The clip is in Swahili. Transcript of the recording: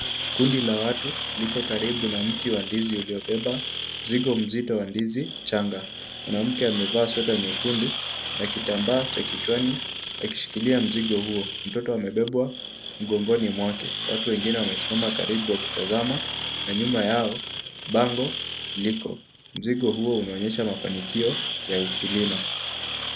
Kundi la watu liko karibu na mti wa ndizi uliobeba mzigo mzito wa ndizi changa. Mwanamke amevaa sweta nyekundu na kitambaa cha kichwani akishikilia mzigo huo. Mtoto amebebwa mgongoni mwake. Watu wengine wamesimama karibu wakitazama na nyuma yao bango liko. Mzigo huo unaonyesha mafanikio ya ukulima.